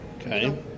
Okay